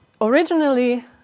Originally